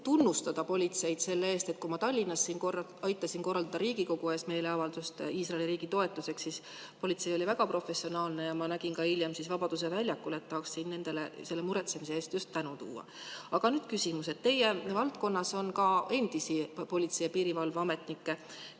tunnustada politseid selle eest, et kui ma Tallinnas aitasin korraldada Riigikogu ees meeleavaldust Iisraeli riigi toetuseks, siis politsei oli väga professionaalne, ja ma nägin seda ka hiljem Vabaduse väljakul. Tahaksin siin nendele selle muretsemise eest just tänu avaldada. Aga nüüd küsimus. Teie valdkonnas on ka endisi politsei- ja piirivalveametnikke,